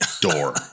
door